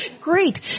Great